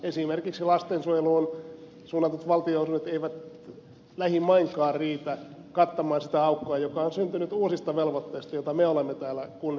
esimerkiksi lastensuojeluun suunnatut valtionosuudet eivät lähimainkaan riitä kattamaan sitä aukkoa joka on syntynyt uusista velvoitteista joita me olemme täällä kunnille säätäneet